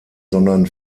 sondern